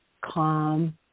calm